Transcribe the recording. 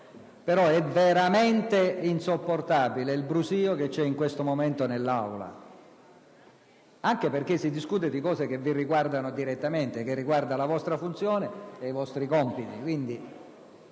però veramente insopportabile il brusìo che c'è in questo momento nell'Aula, anche perché si discute di cose che vi riguardano direttamente, che concernono la vostra funzione e i vostri compiti.